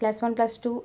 plus one plus two